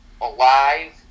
alive